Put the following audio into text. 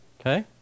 Okay